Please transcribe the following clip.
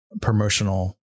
promotional